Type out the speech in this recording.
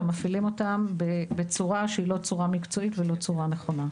ומפעילים אותם בצורה שהיא לא צורה מקצועית ולא צורה נכונה.